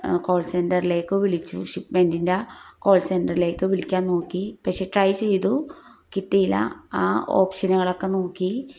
call സെൻററിലേക്ക് വിളിച്ചു ഷിപ്മെൻറിൻ്റെ കോൾ സെൻ്റിലേക്ക് വിളിക്കാൻ നോക്കി പക്ഷെ ട്രൈ ചെയ്തു കിട്ടിയില്ല ആ ഓപ്ഷനുകളൊക്കെ നോക്കി